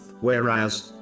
Whereas